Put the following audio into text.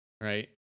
right